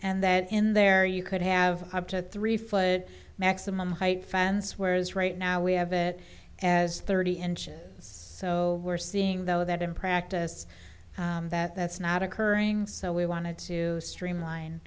and that in there you could have up to three foot maximum height fence whereas right now we have it as thirty inches so we're seeing though that in practice that that's not occurring so we wanted to streamline